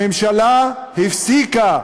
הממשלה הפסיקה,